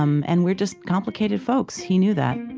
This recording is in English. um and we're just complicated folks. he knew that